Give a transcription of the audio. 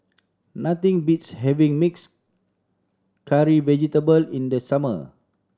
nothing beats having mixed curry vegetable in the summer